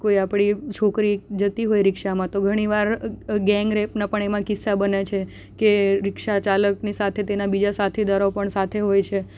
કોઈ આપણી છોકરી જતી હોય રીક્ષામાં તો ઘણી વાર ગેંગરેપના પણ એમાં કિસ્સા બને છે કે રીક્ષા ચાલકની સાથે તેના બીજા સાથીદારો પણ સાથે હોય છે